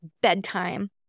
bedtime